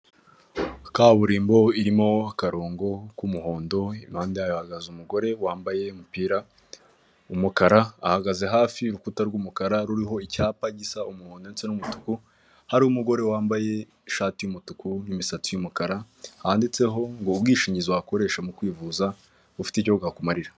Kaburimbo irimo akarongo k'umuhondo ,impande hahagaze umugore wambaye umupira umukara, ahagaze hafi y'urukuta rw'umukara ruriho icyapa gisa umuhodo, ndetse numutuku, hari umugore wambaye ishati y'umutuku n'imisatsi y'umukara, yanditseho ngo ubwishingizi wakoresha mu kwivuza, bufite icyo bwakumarira.